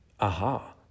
aha